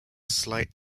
slight